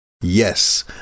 Yes